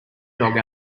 dog